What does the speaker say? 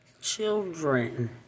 Children